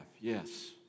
Yes